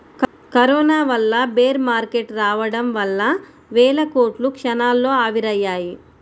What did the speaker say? corona వల్ల bear market రావడం వల్ల వేల కోట్లు క్షణాల్లో ఆవిరయ్యాయి